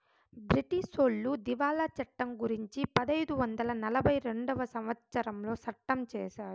బ్రిటీసోళ్లు దివాళా చట్టం గురుంచి పదైదు వందల నలభై రెండవ సంవచ్చరంలో సట్టం చేశారు